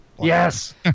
yes